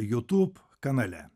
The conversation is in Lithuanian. jutub kanale